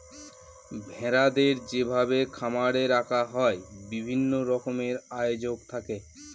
ভেড়াদের যেভাবে খামারে রাখা হয় বিভিন্ন রকমের আয়োজন থাকে